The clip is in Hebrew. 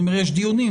אני אומר שיש דיונים,